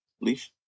Leaf